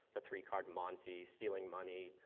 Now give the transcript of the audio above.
the three-card monte, stealing money,